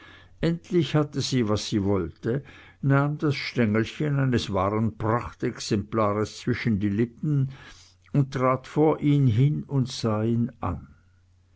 endlich hatte sie was sie wollte nahm das stengelchen eines wahren prachtexemplares zwischen die lippen und trat vor ihn hin und sah ihn an